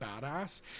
badass